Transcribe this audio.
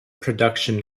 production